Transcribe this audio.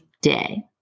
day